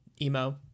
emo